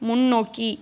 முன்னோக்கி